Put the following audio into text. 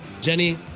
Jenny